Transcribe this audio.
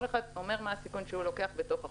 כל אחד אומר מה הסיכון שהוא לוקח בתוך החוזה,